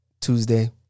Tuesday